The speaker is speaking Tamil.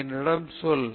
நீ என்னிடம் சொல்